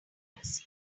privacy